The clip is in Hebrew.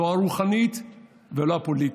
לא הרוחנית ולא הפוליטית,